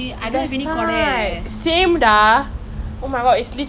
but then got a lot of like you know shady shady stuff also lah